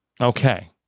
okay